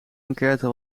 enquête